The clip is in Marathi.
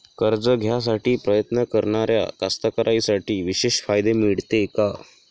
कर्ज घ्यासाठी प्रयत्न करणाऱ्या कास्तकाराइसाठी विशेष फायदे मिळते का?